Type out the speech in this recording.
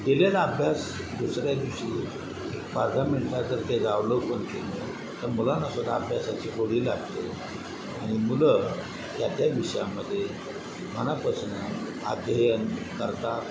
दिलेला अभ्यास दुसऱ्या दिवशी पाचदहा मिनटात जर तर मुलांनासुद्दा अभ्यासाची गोडी लागते आणि मुलं त्या त्या विषयामध्ये मनापासनं अध्ययन करतात